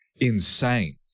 insane